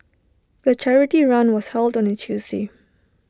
the charity run was held on A Tuesday